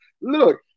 Look